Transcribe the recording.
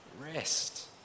rest